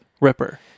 Ripper